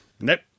Nope